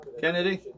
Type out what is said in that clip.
Kennedy